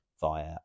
via